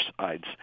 sides